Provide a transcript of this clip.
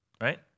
right